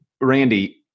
Randy